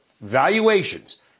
valuations